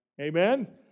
Amen